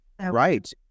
right